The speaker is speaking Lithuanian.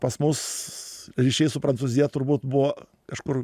pas mus ryšiai su prancūzija turbūt buvo kažkur